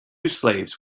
slaves